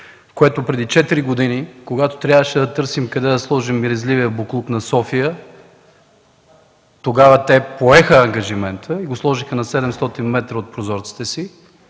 преди четири години, когато трябваше да търсим къде да сложим миризливия боклук на София, поеха ангажимент и го сложиха на 700 метра от прозорците си.